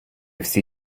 всі